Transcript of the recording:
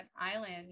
island